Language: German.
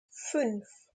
fünf